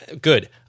Good